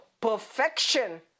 perfection